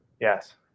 Yes